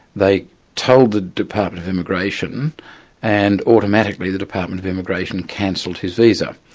they told the department of immigration and automatically the department of immigration cancelled his visa.